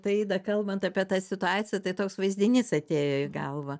taida kalbant apie tą situaciją tai toks vaizdinys atėjo į galvą